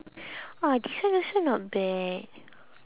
!wah! this one also not bad